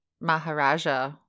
Maharaja